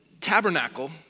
tabernacle